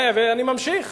ואני ממשיך: